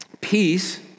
Peace